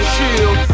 Shield